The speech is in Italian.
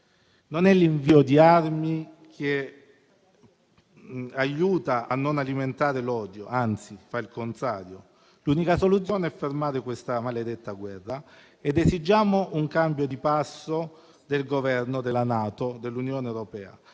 non è l'invio di armi che aiuta a non alimentare l'odio, anzi, fa il contrario. L'unica soluzione è fermare questa maledetta guerra ed esigiamo un cambio di passo del Governo, della NATO e dell'Unione europea